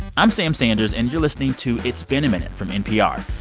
i'm sam sanders, and you're listening to it's been a minute from npr.